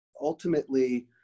ultimately